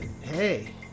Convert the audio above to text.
hey